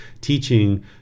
teaching